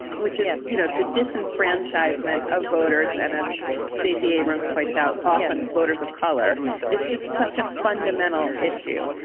which is, you know, the disenfranchisement of voters. and as stacey abrams points out, often voters of color is just such a fundamental issue.